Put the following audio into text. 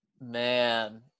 Man